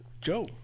Joe